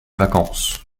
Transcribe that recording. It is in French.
vacances